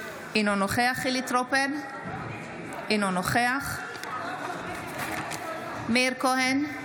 אינו נוכח חילי טרופר, אינו נוכח מאיר כהן,